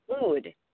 food